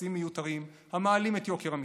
ומכסים מיותרים המעלים את יוקר המחיה,